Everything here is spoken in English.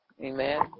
Amen